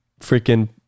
Freaking